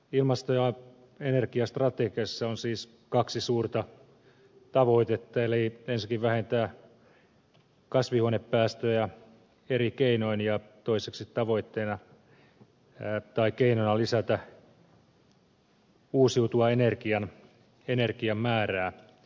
ilmasto ja energiastrategiassa on siis kaksi suurta tavoitetta eli ensinnäkin vähentää kasvihuonepäästöjä eri keinoin ja toiseksi lisätä uusiutuvan energian määrää